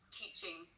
teaching